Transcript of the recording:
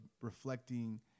reflecting